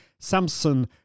Samsung